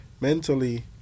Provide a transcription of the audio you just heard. mentally